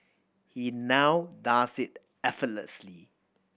he now does it effortlessly